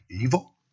evil